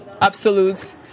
absolute